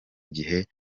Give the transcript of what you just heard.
gihe